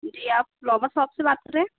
जी आप flower shop से बात कर रहे हैं